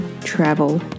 travel